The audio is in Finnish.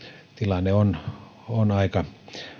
tilanne on on aika